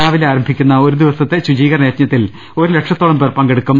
രാവിലെ ആരംഭിക്കുന്ന ഒരു ദിവസത്തെ ശുചീക രണ യജ്ഞത്തിൽ ഒരു ലക്ഷത്തോളം പേർ പങ്കെടുക്കും